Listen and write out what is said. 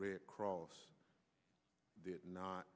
red cross did not